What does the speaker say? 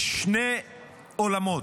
יש שני עולמות: